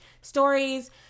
stories